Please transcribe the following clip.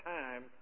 time